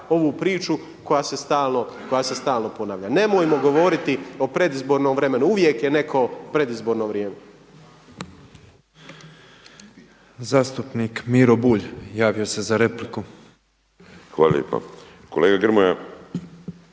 ovu priču koja se stalno ponavlja. Nemojmo govoriti o predizbornom vremenu, uvijek je neko predizborno vrijeme.